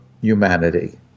humanity